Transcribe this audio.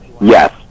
yes